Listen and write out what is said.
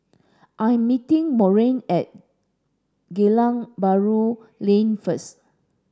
I'm meeting Monroe at Geylang Bahru Lane first